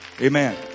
amen